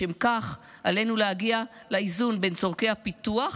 לשם כך עלינו להגיע לאיזון בין צורכי הפיתוח